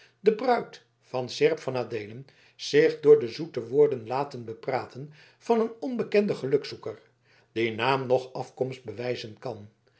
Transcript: de bruid van seerp van adeelen zich door de zoete woorden laten bepraten van een onbekenden gelukzoeker die naam noch afkomst bewijzen kan